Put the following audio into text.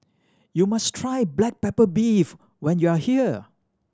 you must try black pepper beef when you are here